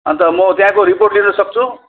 अनि त म त्यहाँको रिपोर्ट लिन सक्छु